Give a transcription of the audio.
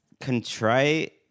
contrite